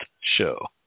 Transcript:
show